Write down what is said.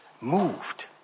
Moved